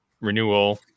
renewal